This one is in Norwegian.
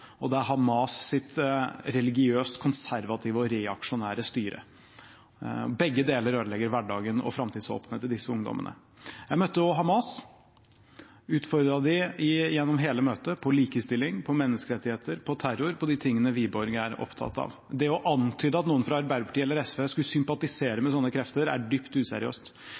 og det er Hamas sitt religiøst konservative og reaksjonære styre. Begge deler ødelegger hverdagen og framtidshåpene til disse ungdommene. Jeg møtte også Hamas og utfordret dem gjennom hele møtet på likestilling, på menneskerettigheter, på terror, på de tingene Wiborg er opptatt av. Det å antyde at noen fra Arbeiderpartiet eller Sosialistisk Venstreparti skulle sympatisere med sånne krefter, er dypt useriøst.